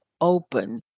open